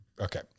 Okay